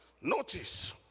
Notice